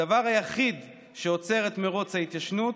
הדבר היחיד שעוצר את מרוץ ההתיישנות